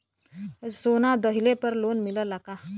सोना दहिले पर लोन मिलल का?